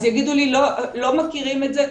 אז יגידו לי לא מכירים את זה.